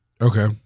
okay